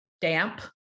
damp